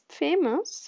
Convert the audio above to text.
famous